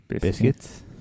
Biscuits